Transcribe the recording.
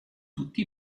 tutti